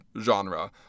genre